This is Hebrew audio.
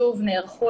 שוב, נערכו